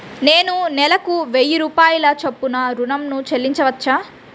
నేను నెలకు వెయ్యి రూపాయల చొప్పున ఋణం ను చెల్లించవచ్చా?